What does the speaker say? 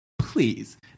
please